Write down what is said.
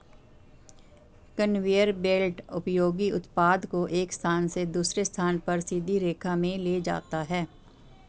conveyor belt उपयोगी उत्पाद को एक स्थान से दूसरे स्थान पर सीधी रेखा में ले जाता है